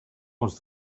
was